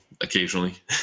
occasionally